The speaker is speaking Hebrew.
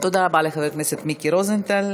תודה רבה לחבר הכנסת מיקי רוזנטל.